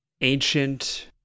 ancient